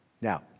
Now